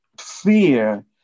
fear